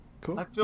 Cool